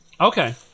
Okay